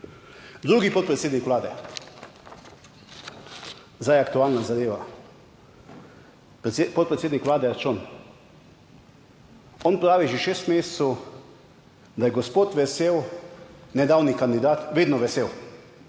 Drugi podpredsednik Vlade. Zdaj je aktualna zadeva. Podpredsednik Vlade Arčon. On pravi že šest mesecev, da je gospod Vesel, nedavni kandidat, vedno vesel,